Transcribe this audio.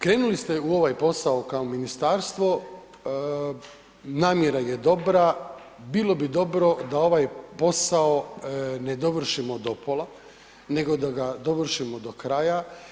Krenuli ste u ovaj posao kao ministarstvo, namjera je dobra, bilo bi dobro da ovaj posao ne dovršimo do pola, nego da ga dovršimo do kraja.